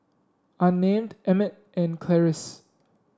Unnamed Emmitt and Clarice